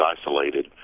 isolated